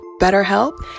BetterHelp